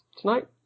tonight